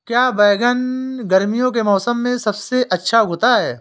क्या बैगन गर्मियों के मौसम में सबसे अच्छा उगता है?